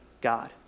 God